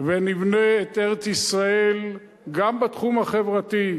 ונבנה את ארץ-ישראל גם בתחום החברתי,